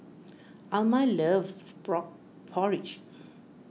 Alma loves Frog Porridge